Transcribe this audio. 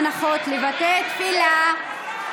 הנחות לבתי תפילה),